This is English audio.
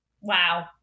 Wow